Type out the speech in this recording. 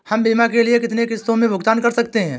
हम बीमा के लिए कितनी किश्तों में भुगतान कर सकते हैं?